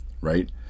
right